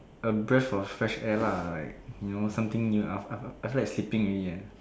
a breath of fresh air lah like you know something new I feel I feel like sleeping already eh